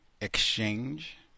exchange